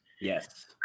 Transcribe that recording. Yes